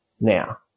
now